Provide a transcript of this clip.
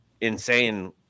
insane